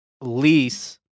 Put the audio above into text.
lease